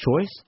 choice